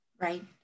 Right